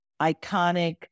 iconic